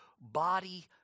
body